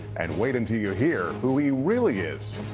and wait until you hear who he really is.